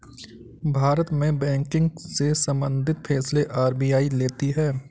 भारत में बैंकिंग से सम्बंधित फैसले आर.बी.आई लेती है